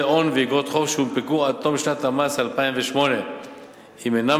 הון ואיגרות חוב שהונפקו עד תום שנת המס 2008 אם אינם